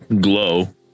glow